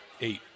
Eight